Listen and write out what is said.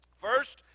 First